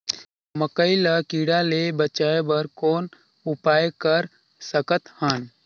मकई ल कीड़ा ले बचाय बर कौन उपाय कर सकत हन?